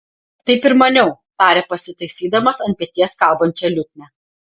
taip ir maniau tarė pasitaisydamas ant peties kabančią liutnią